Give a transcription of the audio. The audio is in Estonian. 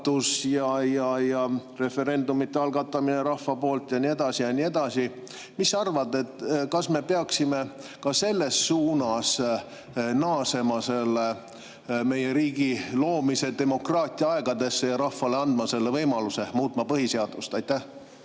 referendumite algatamine rahva poolt ja nii edasi ja nii edasi. Mis sa arvad, kas me peaksime ka selles [mõttes] naasma meie riigi loomise, demokraatia aegadesse ja andma rahvale võimaluse muuta põhiseadust? Aitäh!